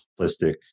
simplistic